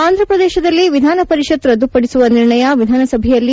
ಆಂಧ್ರಪ್ರದೇಶದಲ್ಲಿ ವಿಧಾನ ಪರಿಷತ್ ರದ್ಗುಪದಿಸುವ ನಿರ್ಣಯ ವಿಧಾನಸಭೆಯಲ್ಲಿ